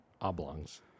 Oblongs